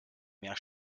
mehr